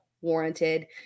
warranted